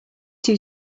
two